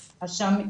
אז שם.